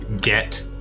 get